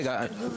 רגע.